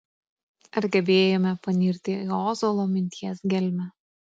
ar gebėjome panirti į ozolo minties gelmę